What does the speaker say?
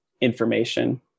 information